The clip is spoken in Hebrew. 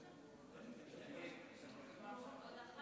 ההצבעה: 27 בעד,